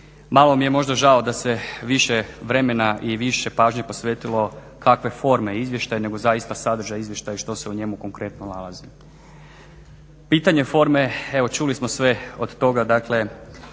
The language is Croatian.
Malo mi je možda žao da se više vremena i više pažnje posvetilo kakve je forme izvještaj nego zaista sadržaj izvještaja i što se u njemu konkretno nalazi. Pitanje forme evo čuli smo sve od toga da je